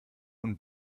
und